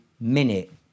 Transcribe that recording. minute